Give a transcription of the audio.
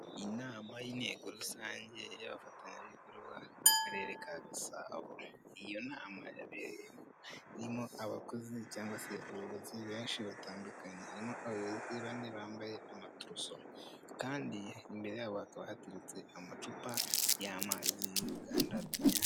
Inama y'inteko rusange y'abafatanyabikorwa b'akarere ka Gasabo iyo nama irimo abakozi cyangwa se abayobozi benshi batandukanye harimo abayobozi bane bambaye amaturuso kandi imbere yabo hakaba haturetse amacupa y'amazi y'uruganda.